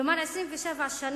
כלומר 27 שנים